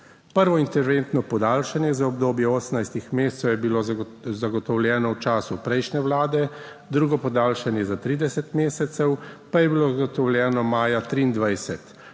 Prvo interventno podaljšanje za obdobje 18 mesecev je bilo zagotovljeno v času prejšnje vlade, drugo podaljšanje za 30 mesecev pa je bilo zagotovljeno maja 2023.